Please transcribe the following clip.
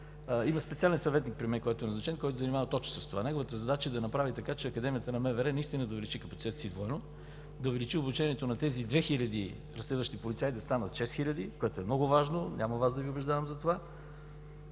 специален съветник при мен. Той се занимава точно с това. Неговата задача е да направи така, че Академията на МВР наистина да увеличи капацитета си двойно, да увеличи обучението на тези две хиляди разследващи полицаи, да станат шест хиляди, което е много важно, няма Вас да Ви убеждавам за това.